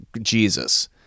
Jesus